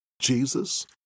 Jesus